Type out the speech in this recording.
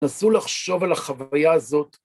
נסו לחשוב על החוויה הזאת.